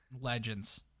Legends